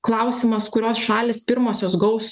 klausimas kurios šalys pirmosios gaus